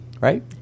Right